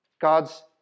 God's